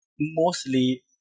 mostly